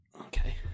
okay